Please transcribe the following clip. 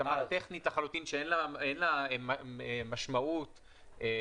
התאמה טכנית לחלוטין שאין לה משמעות מהותית,